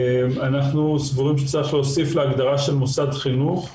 אנחנו סבורים שצריך להוסיף להגדרה "מוסד חינוך"